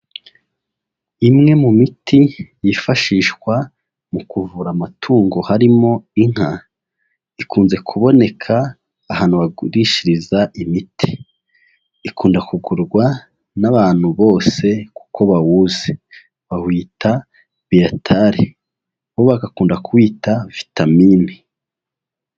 Imwe mu miti yifashishwa mu kuvura amatungo harimo inka, ikunze kuboneka ahantu bagurishiriza imiti, ikunda kugurwa n'abantu bose kuko bawuzi bawita Bytal bo bagakunda kuwita vitamine.